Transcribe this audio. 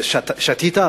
שתית?